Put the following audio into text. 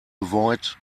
avoid